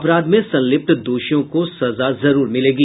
अपराध में संलिप्त दोषियों को सजा जरूर मिलेगी